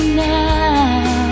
now